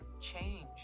change